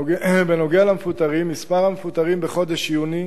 בנוגע למפוטרים, מספר המפוטרים בחודש יולי